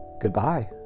goodbye